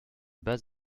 bas